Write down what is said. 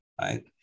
right